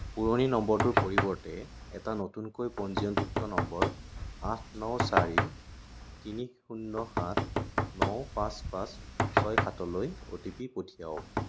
পুৰণি নম্বৰটোৰ পৰিৱৰ্তে এটা নতুনকৈ পঞ্জীয়নভুক্ত নম্বৰ আঠ ন চাৰি তিনি শূণ্য় সাত ন পাঁচ পাঁচ ছয় সাতলৈ অ' টি পি পঠিয়াওক